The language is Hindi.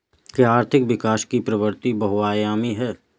क्या आर्थिक विकास की प्रवृति बहुआयामी है?